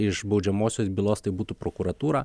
iš baudžiamosios bylos tai būtų prokuratūra